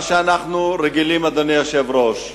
מה שאנחנו רגילים, אדוני היושב-ראש,